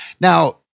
now